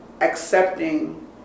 accepting